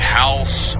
house